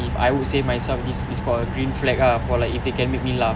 if I would say myself this is called green flag ah for like if they can make me laugh